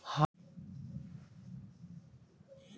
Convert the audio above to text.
हाथ मे धरे बर दतरी मे नान रोट बेठ बनल रहथे